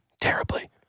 terribly